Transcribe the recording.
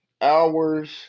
hours